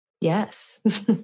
Yes